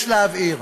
יש להבהיר,